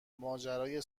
ماجرای